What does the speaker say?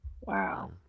Wow